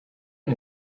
own